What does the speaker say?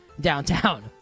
downtown